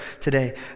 today